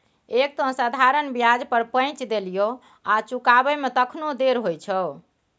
एक तँ साधारण ब्याज पर पैंच देलियौ आ चुकाबै मे तखनो देर होइ छौ